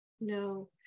No